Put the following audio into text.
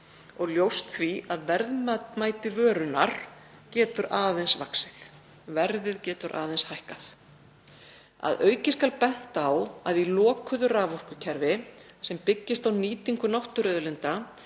því ljóst að verðmæti vörunnar getur aðeins vaxið, verðið getur aðeins hækkað. Að auki skal bent á að í lokuðu raforkukerfi sem byggist á nýtingu náttúruauðlinda